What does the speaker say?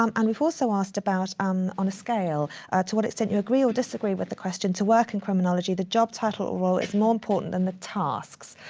um and we've so asked about um on a scale to what extent you agree or disagree with the question, to work in criminology, the job title or role is more important than the tasks.